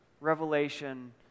revelation